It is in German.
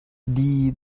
die